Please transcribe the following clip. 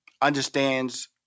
understands